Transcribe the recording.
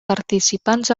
participants